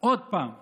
עוד פעם לממשלה: